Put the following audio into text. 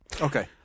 okay